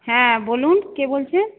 হ্যাঁ বলুন কে বলছেন